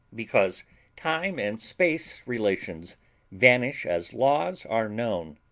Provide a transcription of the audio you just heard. because time and space relations vanish as laws are known.